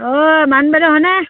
অঁ মান বাইদেউ হয়নে